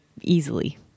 easily